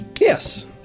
Yes